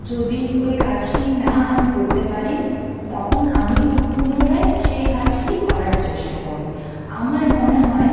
যদি ওই কাজটি না আমি করতে পারি তখন আমি পুনরায় সেই কাজটিই করার চেষ্টা করি আমার মনে হয়